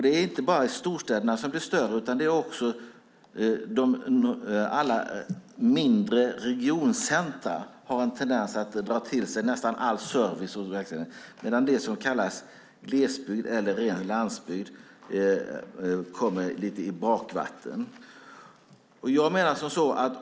Det är inte bara storstäderna som blir större utan också alla mindre regioncentrum har en tendens att dra till sig nästan all service medan det som kallas glesbygd eller landsbygd kommer lite i bakgrunden.